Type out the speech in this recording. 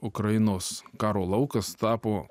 ukrainos karo laukas tapo